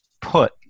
put